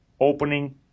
Opening